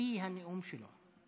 בשיא הנאום שלו.